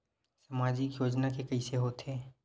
सामाजिक योजना के कइसे होथे?